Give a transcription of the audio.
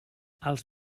els